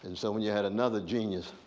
and so when you had another genius,